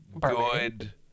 good